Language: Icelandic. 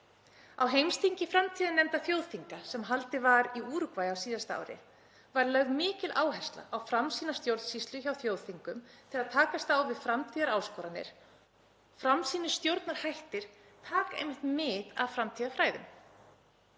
Á heimsþingi framtíðarnefndar þjóðþinga, sem haldið var í Úrúgvæ á síðasta ári, var lögð mikil áhersla á framsýna stjórnsýslu hjá þjóðþingum til að takast á við framtíðaráskoranir. Framsýnir stjórnarhættir taka einmitt mið af framtíðarfræðum.